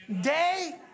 Day